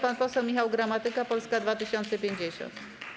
Pan poseł Michał Gramatyka, Polska 2050.